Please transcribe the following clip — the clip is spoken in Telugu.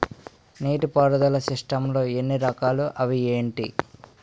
నీటిపారుదల సిస్టమ్ లు ఎన్ని రకాలు? అవి ఏంటి?